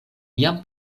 jam